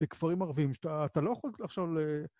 בכפרים ערבים שאתה לא יכול עכשיו ל